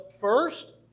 first